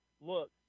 look